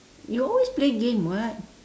you always play game [what]